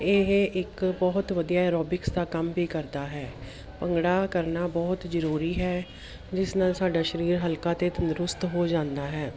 ਇਹ ਇੱਕ ਬਹੁਤ ਵਧੀਆ ਐਰੋਬਿਕਸ ਦਾ ਕੰਮ ਵੀ ਕਰਦਾ ਹੈ ਭੰਗੜਾ ਕਰਨਾ ਬਹੁਤ ਜ਼ਰੂਰੀ ਹੈ ਜਿਸ ਨਾਲ ਸਾਡਾ ਸਰੀਰ ਹਲਕਾ ਅਤੇ ਤੰਦਰੁਸਤ ਹੋ ਜਾਂਦਾ ਹੈ